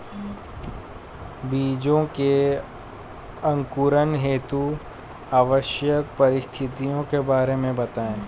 बीजों के अंकुरण हेतु आवश्यक परिस्थितियों के बारे में बताइए